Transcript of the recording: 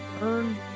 earn